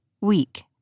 weak